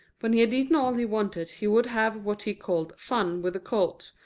when he had eaten all he wanted he would have what he called fun with the colts,